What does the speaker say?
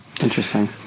interesting